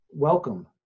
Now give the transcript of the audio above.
Welcome